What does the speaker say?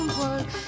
world